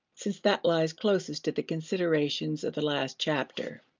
since that lies closest to the considerations of the last chapter.